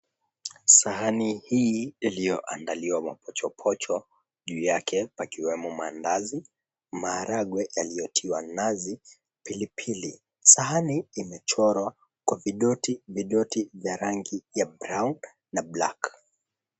Sahani hii iliyoandaliwa mapochopocho. Juu yake yakiwemo maandazi, maharagwe yaliyotiwa nazi, pilipili. Sahani imechorwa kwa vidoti vidoti vya rangi ya brown na black .